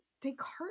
Descartes